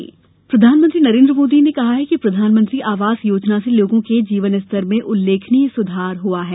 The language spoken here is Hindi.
पीएम आवास प्रधानमंत्री नरेन्द्र मोदी ने कहा कि प्रधानमंत्री आवास योजना से लोगों के जीवनस्तर में उल्लेखनीय सुधार हुआ है